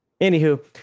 anywho